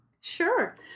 Sure